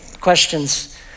questions